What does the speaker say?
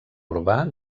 urbà